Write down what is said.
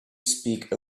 speak